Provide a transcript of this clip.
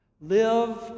Live